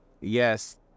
Yes